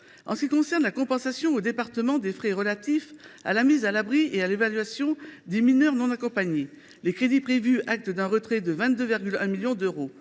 En ce qui concerne la compensation aux départements des frais relatifs à la mise à l’abri et à l’évaluation des mineurs non accompagnés, les crédits prévus sont en retrait de 22,1 millions d’euros.